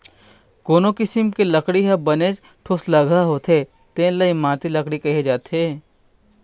कोनो किसम के लकड़ी ह बनेच ठोसलगहा होथे तेन ल इमारती लकड़ी कहे जाथे